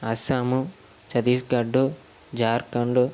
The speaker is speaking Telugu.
అస్సాము చతీస్గడ్ జార్ఖండ్